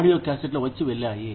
audio కాసెట్లు వచ్చి వెళ్లాయి